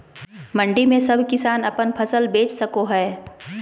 मंडी में सब किसान अपन फसल बेच सको है?